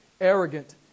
arrogant